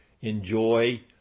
enjoy